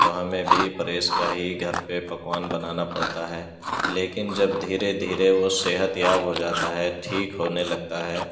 تو ہمیں بھی پرہیز کا ہی گھر پہ پکوان بنانا پڑتا ہے لیکن جب دھیرے دھیرے وہ صحت یاب ہو جاتا ہے ٹھیک ہونے لگتا ہے